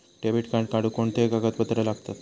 Debit card काढुक कोणते कागदपत्र लागतत?